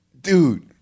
Dude